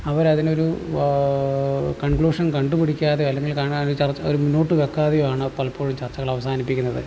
അവർ അതിനൊരു കൺക്ലൂഷൻ കണ്ടു പിടിക്കാതെ അല്ലെങ്കിൽ കാണാതെ ചർച്ച മുന്നോട്ട് വെക്കാതെയാണ് പലപ്പോഴും ചർച്ചകൾ അവസാനിപ്പിക്കുന്നത്